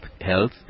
health